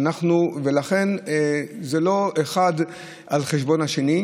ולכן זה לא אחד על חשבון האחר,